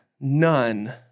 none